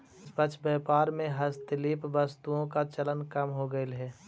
निष्पक्ष व्यापार में हस्तशिल्प वस्तुओं का चलन कम हो गईल है